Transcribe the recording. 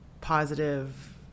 positive